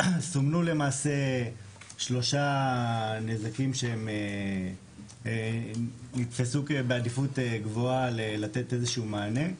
סומנו למעשה שלושה נזקים שנתפסו בעדיפות גבוהה לתת איזשהו מענה.